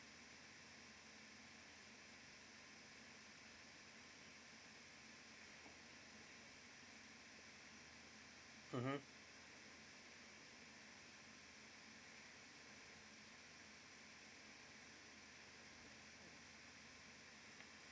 mmhmm